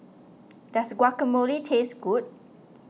does Guacamole taste good